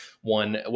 one